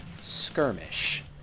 Skirmish